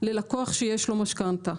ללקוח שיש לו משכנתה.